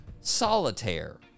Solitaire